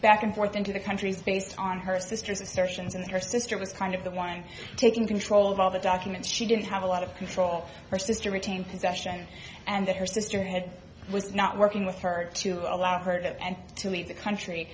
back and forth into the countries based on her sister's assertions and her sister was kind of the one taking control of all the documents she didn't have a lot of control her sister retain possession and that her sister had was not working with her to allow her to and to leave the country